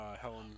Helen